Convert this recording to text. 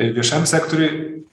viešajam sektoriui